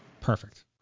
Perfect